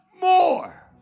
more